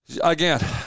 Again